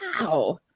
wow